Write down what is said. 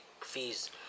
fees